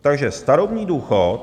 Takže starobní důchod.